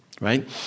right